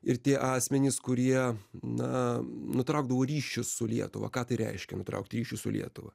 ir tie asmenys kurie na nutraukdavo ryšius su lietuva ką reiškia nutraukt ryšius su lietuva